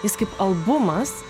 jis kaip albumas